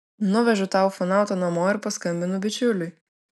nuvežu tą ufonautą namo ir paskambinu bičiuliui